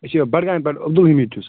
أسۍ چھِ بڈٕگامہِ پٮ۪ٹھ عبدُ الحمید چھُس